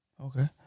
Okay